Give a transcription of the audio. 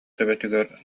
төбөтүгэр